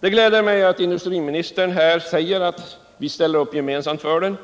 Det gläder mig att industriministern säger att vi ställer upp gemensamt för den.